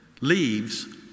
leaves